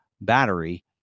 battery